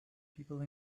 people